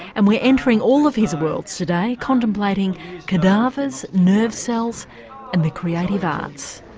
and we're entering all of his worlds today, contemplating cadavers, nerve cells and the creative arts.